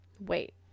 Wait